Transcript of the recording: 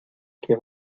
que